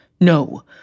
No